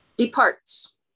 Departs